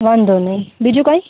વાંધોનઈ બીજું કાઇ